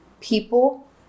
people